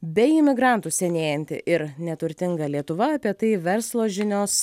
bei imigrantų senėjanti ir neturtinga lietuva apie tai verslo žinios